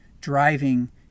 driving